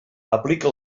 aplica